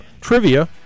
trivia